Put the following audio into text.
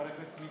תודה.